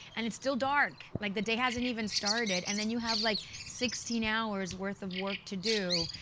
and it's still dark. like the day hasn't even started. and then you have like sixteen hours worth of work to do.